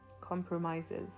Compromises